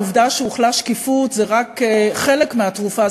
העובדה שהוחלה שקיפות זה רק חלק מהתרופה,